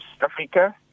Africa